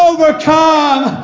Overcome